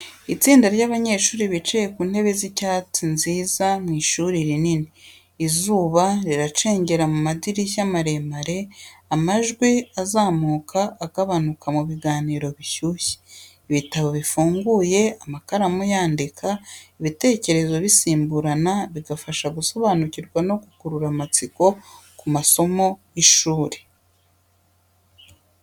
Itsinda ry’abanyeshuri bicaye ku ntebe z’icyatsi nziza mu ishuri rinini. Izuba riracengera mu madirishya maremare, amajwi azamuka agabanuka mu biganiro bishyushye. Ibitabo bifunguye, amakaramu yandika, ibitekerezo bisimburana, bigafasha gusobanukirwa no gukurura amatsiko ku masomo y’ishuri.